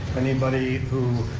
anybody who,